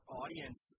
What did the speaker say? audience